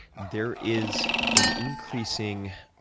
there is an increasing